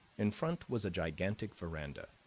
in front was a gigantic veranda,